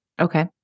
Okay